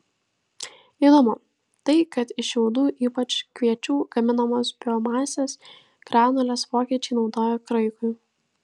įdomu tai kad iš šiaudų ypač kviečių gaminamas biomasės granules vokiečiai naudoja kraikui